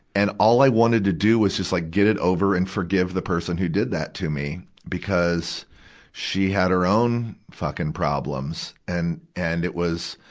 and all i wanted to do was just like get it over and forgive the person who did that to me, because she had her own fucking problems. and, and it was,